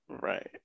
Right